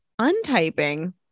untyping